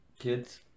Kids